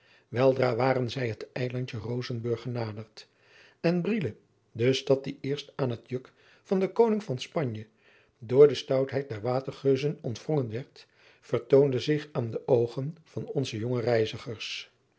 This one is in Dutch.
weldra waren zij het eilandje rozenburg genaderd en brielle de stad die eerst aan het juk van den koning van spanje door de stoutheid der watergeuzen ontwrongen werd vertoonde zich aan de oogen van onze jonge reizigers